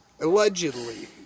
Allegedly